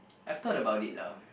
I've thought about it lah